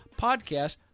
podcast